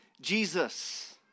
Jesus